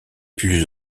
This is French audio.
plus